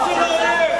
אני חבר כנסת בדיוק כמוך.